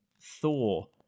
Thor